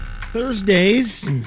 Thursdays